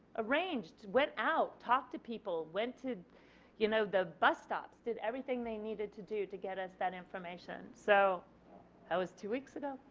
arranged went out talk to people, went to you know the bus stops, everything they needed to do to get us that information. so that was two weeks ago.